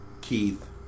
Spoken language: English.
Keith